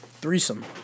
Threesome